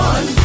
One